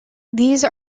these